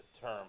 term